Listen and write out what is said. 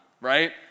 right